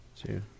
Two